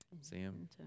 Sam